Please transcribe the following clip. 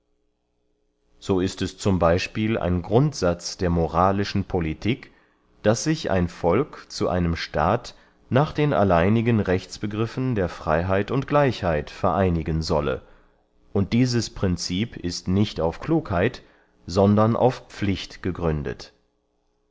so ist es z b ein grundsatz der moralischen politik daß sich ein volk zu einem staat nach den alleinigen rechtsbegriffen der freyheit und gleichheit vereinigen solle und dieses prinzip ist nicht auf klugheit sondern auf pflicht gegründet